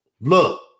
Look